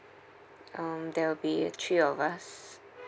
um there will be three of us